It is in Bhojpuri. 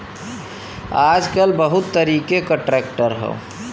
आजकल बहुत तरीके क ट्रैक्टर हौ